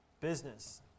Business